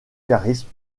charisme